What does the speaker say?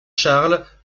charles